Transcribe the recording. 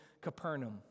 Capernaum